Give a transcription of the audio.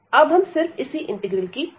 अब हम सिर्फ इसी इंटीग्रल की चर्चा करेंगे